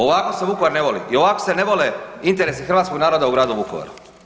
Ovako se Vukovar ne voli i ovako se ne vole interesi hrvatskog naroda u gradu Vukovaru.